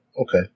Okay